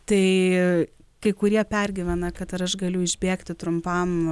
tai kai kurie pergyvena kad aš galiu išbėgti trumpam